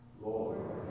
Lord